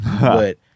but-